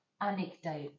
anecdote